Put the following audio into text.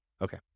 Okay